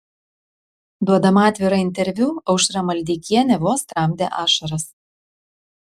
duodama atvirą interviu aušra maldeikienė vos tramdė ašaras